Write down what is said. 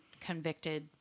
convicted